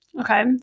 okay